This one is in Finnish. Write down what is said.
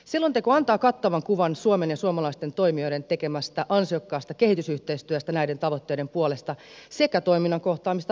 selonteko antaa kattavan kuvan suomen ja suomalaisten toimijoiden tekemästä ansiokkaasta kehitysyhteistyöstä näiden tavoitteiden puolesta sekä toiminnan kohtaamista haasteista